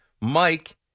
Mike